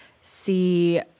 see